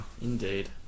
Indeed